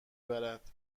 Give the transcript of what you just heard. برد